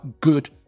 good